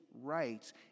rights